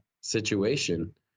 situation